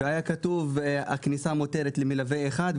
היה כתוב שם "הכניסה מותרת למלווה אחד",